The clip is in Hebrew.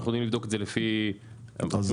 אנחנו יודעים לבדוק את זה לפי תעודת זהות -- אמרנו,